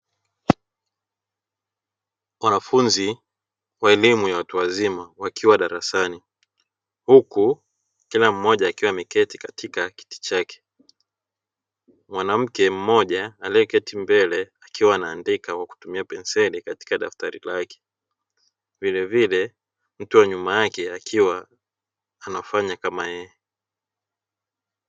Wanafunzi wa elimu ya watu wazima wakiwa darasani huku kila mmoja akiwa ameketi katika kiti chake, mwanamke mmoja aliyeketi mbele akiwa anaandika kwa kutumia penseli katika daftari lake vilevile mtu wa nyuma yake akiwa anafanya kama yeye.